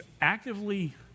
actively